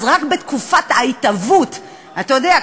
אז רק בתקופת ההתהוות אתה יודע,